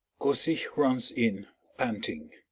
kosich runs in panting.